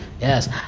yes